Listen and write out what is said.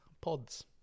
pods